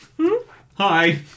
Hi